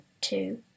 two